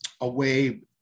away